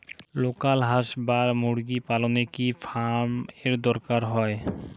Local হাস বা মুরগি পালনে কি ফার্ম এর দরকার হয়?